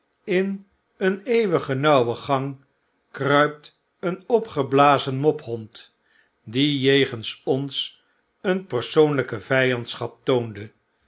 in een eeuwige nauwe gang kruipt een opgeblazen mophond die jegens ons een persoonlyke vijandschap toonde